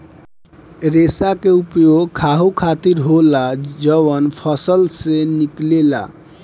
रेसा के उपयोग खाहू खातीर होला जवन फल में से निकलेला